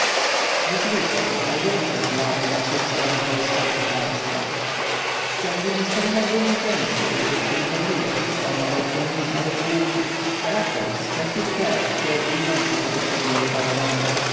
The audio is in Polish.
rzeczywiście największe zmiany zaszły w sprawach wojskowych państwa w ciągu niespełna dwu miesięcy jego świątobliwość uformował pięć nowych pułków a raczej wskrzesił te które zwinięto za poprzedniego panowania